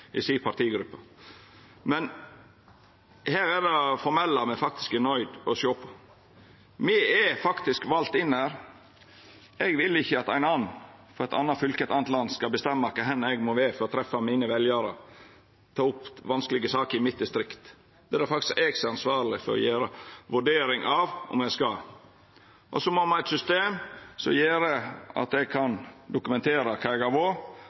i partigruppa deira, men her er det det formelle me er nøydde til å sjå på. Me er faktisk valde inn her, og eg vil ikkje at ein annan – frå eit anna fylke, frå eit anna land – skal bestemma kvar eg må vera for å treffa veljarane mine og ta opp vanskelege saker i mitt distrikt. Det er det faktisk eg som er ansvarleg for å gjera ei vurdering av. Og så må me ha eit system som gjer at eg kan dokumentera kvar eg